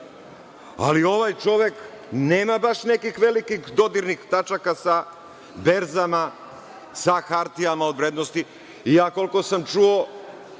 ali ovaj čovek nema baš nekih velikih dodirnih tačaka sa berzama, sa hartijama od vrednosti. Koliko sam čuo,